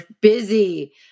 busy